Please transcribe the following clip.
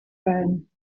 ben